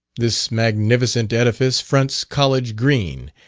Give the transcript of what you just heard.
this magnificent edifice fronts college green,